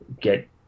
get